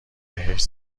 بهش